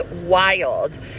wild